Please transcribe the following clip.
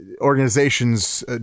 organizations